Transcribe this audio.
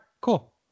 cool